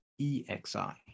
EXI